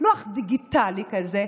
דיגיטלי כזה,